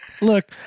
Look